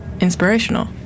inspirational